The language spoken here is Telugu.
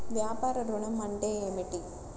వ్యాపార ఋణం అంటే ఏమిటి?